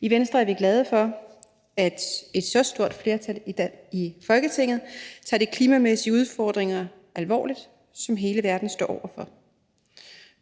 I Venstre er vi glade for, at et så stort flertal i Folketinget tager de klimamæssige udfordringer, som hele verden står over for, alvorligt.